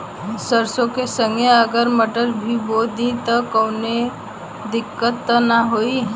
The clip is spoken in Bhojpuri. सरसो के संगे अगर मटर भी बो दी त कवनो दिक्कत त ना होय?